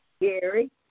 Gary